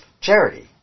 charity